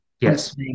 Yes